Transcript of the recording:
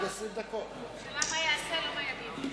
השאלה מה יעשה, לא מה יגיד.